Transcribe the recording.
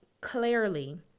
clearly